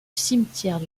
cimetière